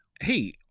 hey